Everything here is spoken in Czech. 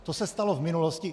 To se stalo v minulosti.